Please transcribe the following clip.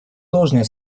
должное